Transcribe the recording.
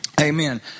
Amen